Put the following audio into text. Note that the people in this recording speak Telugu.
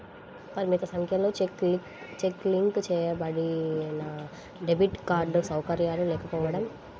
పరిమిత సంఖ్యలో చెక్ లింక్ చేయబడినడెబిట్ కార్డ్ సౌకర్యాలు లేకపోవడం